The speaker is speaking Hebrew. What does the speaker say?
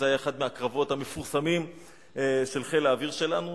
זה היה אחד הקרבות המפורסמים של חיל האוויר שלנו,